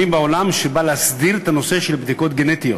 בעולם שבאו להסדיר את נושא הבדיקות הגנטיות,